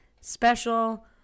special